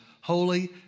holy